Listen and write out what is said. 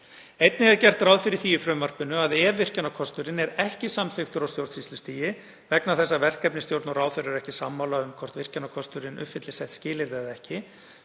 Einnig er gert ráð fyrir því í frumvarpinu að ef virkjunarkosturinn er ekki samþykktur á stjórnsýslustigi vegna þess að verkefnisstjórn og ráðherra eru ekki sammála um hvort virkjunarkosturinn uppfylli sett skilyrði eða ekki,